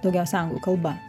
daugiausia anglų kalba